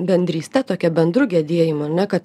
bendryste tokia bendru gedėjimu ar ne kad